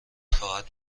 خواهد